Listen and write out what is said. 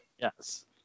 Yes